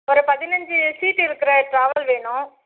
ஒரு பதினஞ்சு சீட்டு இருக்கிற ட்ராவல் வேணும்